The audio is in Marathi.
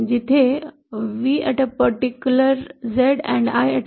जिथे V एका विशिष्ट Z आणि I येथे आहे